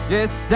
Yes